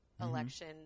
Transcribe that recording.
election